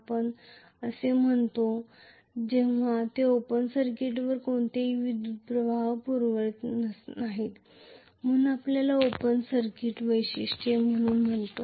आपण हे असे म्हणतो जेव्हा ते ओपन सर्किटवर कोणतेही विद्युत् प्रवाह पुरवत नाहीत म्हणून आपण याला ओपन सर्किट वैशिष्ट्ये म्हणून म्हणतो